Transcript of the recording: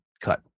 cut